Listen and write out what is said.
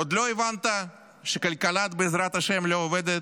עוד לא הבנת שכלכלת בעזרת השם לא עובדת?